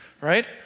right